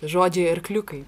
žodžiai arkliukai